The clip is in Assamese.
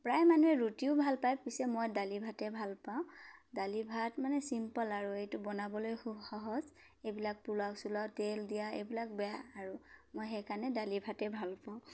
প্ৰায় মানুহে ৰুটিও ভাল পায় পিছে মই দালি ভাতে ভাল পাওঁ দালি ভাত মানে চিম্পল আৰু এইটো বনাবলৈ খুব সহজ এইবিলাক পোলাও চোলাও তেল দিয়া এইবিলাক বেয়া আৰু মই সেইকাৰণে দালি ভাতেই ভাল পাওঁ